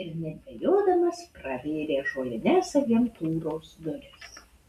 ir nedvejodamas pravėrė ąžuolines agentūros duris